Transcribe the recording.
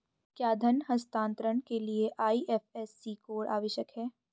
क्या धन हस्तांतरण के लिए आई.एफ.एस.सी कोड आवश्यक है?